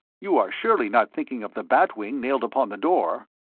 you are surely not thinking of the bat wing nailed upon the door?